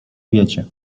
wiecie